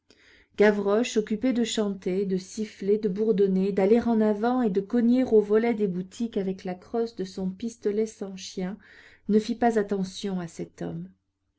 gavroche occupé de chanter de siffler de bourdonner d'aller en avant et de cogner aux volets des boutiques avec la crosse de son pistolet sans chien ne fit pas attention à cet homme